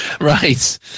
Right